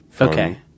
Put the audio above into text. okay